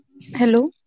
Hello